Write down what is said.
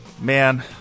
man